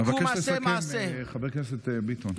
אבקש לסכם, חבר הכנסת ביטון.